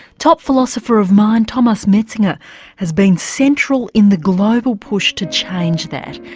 top philosopher of mind thomas metzinger has been central in the global push to change that,